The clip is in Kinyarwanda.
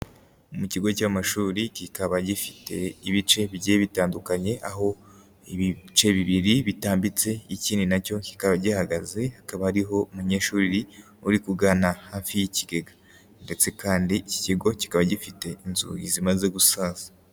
Mu kigo cy'amashuri kikaba gifite ibice bigiye bitandukanye, aho ibice bibiri bitambitse ikindi na cyo kikaba gihagaze, hakaba hariho umunyeshuri uri kugana hafi y'ikigega ndetse kandi iki kigo kikaba gifite inzugi zimaze gusaza.